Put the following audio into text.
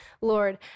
Lord